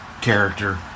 character